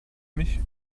mich